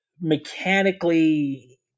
mechanically